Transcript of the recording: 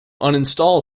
uninstall